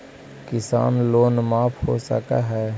किसान लोन माफ हो सक है?